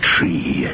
Tree